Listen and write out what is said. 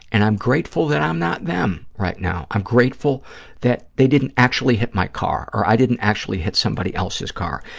and i'm grateful that i'm not them right now. i'm grateful that they didn't actually hit my car or i didn't actually hit somebody else's car.